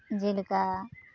ᱡᱮᱞᱮᱠᱟ